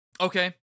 okay